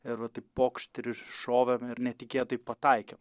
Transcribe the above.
ir va taip pokšt ir iššovėm ir netikėtai pataikėm